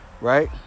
Right